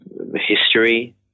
history